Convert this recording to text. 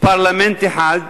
פרלמנט אחד,